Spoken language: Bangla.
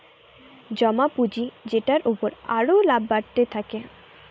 জমা পুঁজি যেটার উপর আরো লাভ বাড়তে থাকে